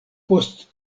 post